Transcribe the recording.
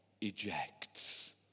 ejects